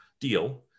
deal